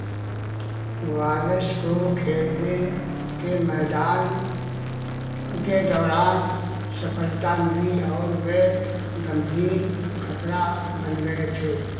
wireless को खेलने के मैदान के दौरान सफलता मिली और वे गंभीर खतरा बन गए थे